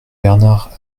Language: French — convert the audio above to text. bernard